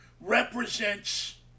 represents